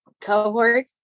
cohort